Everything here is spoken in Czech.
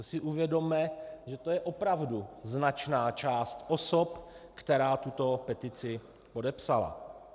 To si uvědomme, že to je opravdu značná část osob, která tuto petici podepsala.